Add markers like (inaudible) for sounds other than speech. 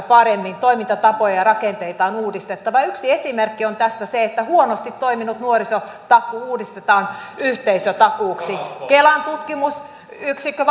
(unintelligible) paremmin toimintatapoja ja rakenteita on uudistettava yksi esimerkki on tästä se että huonosti toiminut nuorisotakuu uudistetaan yhteisötakuuksi kelan tutkimusyksikkö (unintelligible)